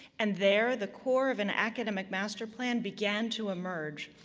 and there, the core of an academic master plan began to emerge.